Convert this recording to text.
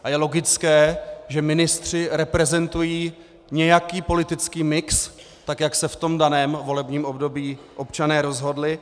A je logické, že ministři reprezentují nějaký politický mix tak, jak se v tom daném volebním období občané rozhodli.